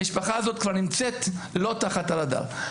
המשפחה הזאת כבר נמצאת לא תחת הרדאר.